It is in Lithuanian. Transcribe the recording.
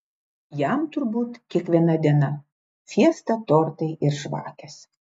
jam turbūt kiekviena diena fiesta tortai ir žvakės